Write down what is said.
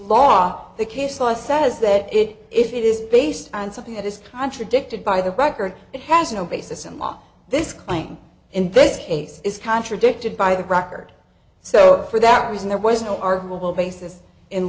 law the case law says that it if it is based on something that is contradicted by the record it has no basis in law this claim and this case is contradicted by the record so for that reason there was no our global basis in